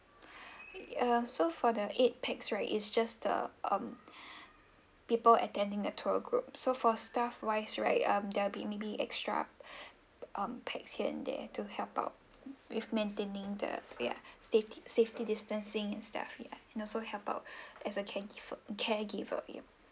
uh so for the eight pax right is just the mm people attending the tour group so for staff-wise right um there be maybe extra um pax here and there to help out with maintaining the ya safe~ safety distancing and stuff ya and also help out as a caregiver caregiver yup